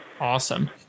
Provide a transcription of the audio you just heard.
Awesome